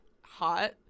hot